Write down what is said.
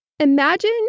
Imagine